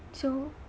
so